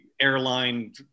airline